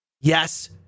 yes